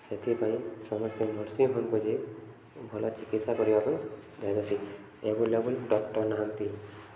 ସେଥିପାଇଁ ସମସ୍ତେ ନର୍ସିଂ ହୋମକୁ ଯାଇ ଭଲ ଚିକିତ୍ସା କରିବାକୁ ଦିଆଯାଉଛି ଏଭେଲେବୁଲ୍ ଡକ୍ଟର ନାହାନ୍ତି